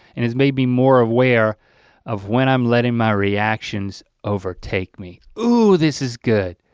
and it's made me more aware of when i'm letting my reactions overtake me. oh, this is good.